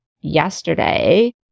yesterday